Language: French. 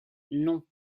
non